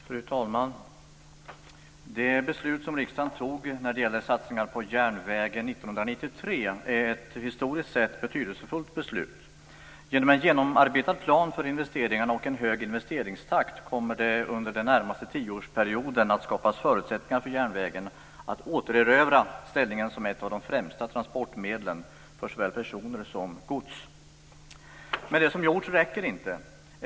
Fru talman! Det beslut som riksdagen tog 1993 om satsningar på järnvägar är historiskt sett betydelsefullt. Genom en genomarbetad plan för investeringarna och en hög investeringstakt kommer det under den närmaste tioårsperioden att skapas förutsättningar för järnvägen att återerövra ställningen som ett av de främsta transportmedlen för såväl personer som gods. Men det som gjorts räcker inte.